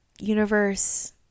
universe